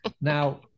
Now